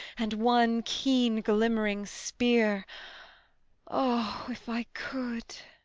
and one keen glimmering spear ah! if i could!